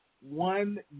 one